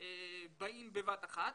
באים בבת אחת.